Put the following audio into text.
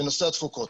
בנושא התפוקות,